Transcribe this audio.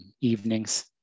Evenings